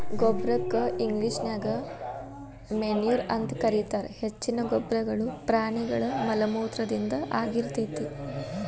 ಗೊಬ್ಬರಕ್ಕ ಇಂಗ್ಲೇಷನ್ಯಾಗ ಮೆನ್ಯೂರ್ ಅಂತ ಕರೇತಾರ, ಹೆಚ್ಚಿನ ಗೊಬ್ಬರಗಳು ಪ್ರಾಣಿಗಳ ಮಲಮೂತ್ರದಿಂದ ಆಗಿರ್ತೇತಿ